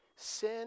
Sin